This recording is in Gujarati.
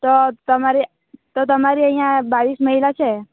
તો તમારે તો તમારી અહીંયા બાવીસ મહિલા છે